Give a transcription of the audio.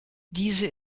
diese